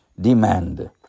demand